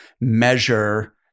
measure